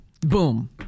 Boom